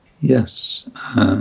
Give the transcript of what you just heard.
Yes